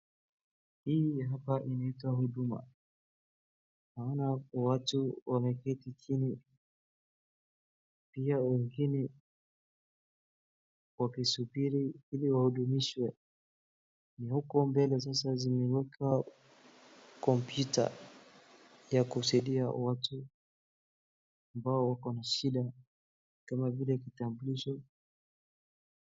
Hii hapa inaitwa huduma. Naona watu wameketi chini, pia wengine wakisubiri ili wahudumishwe, na huko mbele sasa zimewekwa kompyuta ya kusaidia watu ambao wako na shida kama vile kitambulisho.